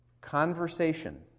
conversation